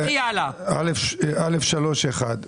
(א3)(1).